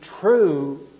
true